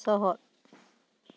ᱥᱚᱦᱚᱫ